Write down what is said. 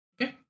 Okay